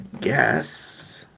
guess